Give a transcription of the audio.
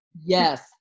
Yes